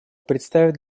представит